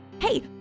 Hey